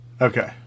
Okay